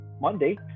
Monday